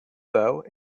though